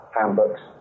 handbooks